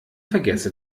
vergesse